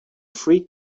free